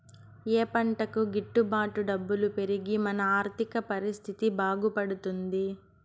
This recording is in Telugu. ఏ పంటకు గిట్టు బాటు డబ్బులు పెరిగి మన ఆర్థిక పరిస్థితి బాగుపడుతుంది?